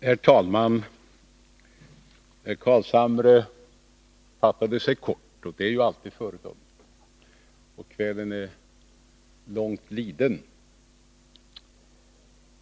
Herr talman! Herr Carlshamre fattade sig kort, och det är alltid föredömligt — det är ju långt lidet på kvällen.